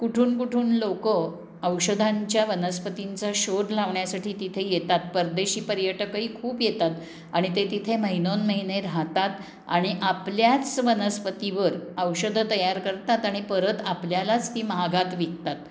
कुठून कुठून लोकं औषधांच्या वनस्पतींचा शोध लावण्यासाठी तिथे येतात परदेशी पर्यटकही खूप येतात आणि ते तिथे महिनोन महिने राहतात आणि आपल्याच वनस्पतीवर औषधं तयार करतात आणि परत आपल्यालाच ती महागात विकतात